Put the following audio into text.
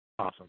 Awesome